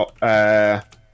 got